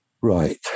Right